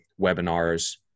webinars